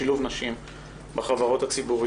ולשוויון מגדרי בנושא מדד שילוב נשים בחברות ציבוריות.